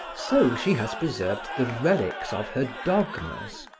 so she has preserved the relics of her dogmas,